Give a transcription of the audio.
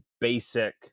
basic